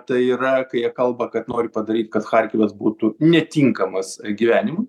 tai yra kai jie kalba kad nori padaryt kad charkivas būtų netinkamas gyvenimui